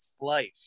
Life